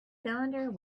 cylinder